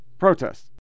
protests